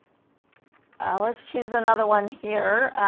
ah let's choose another one here